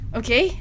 okay